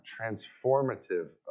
transformative